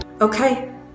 Okay